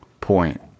point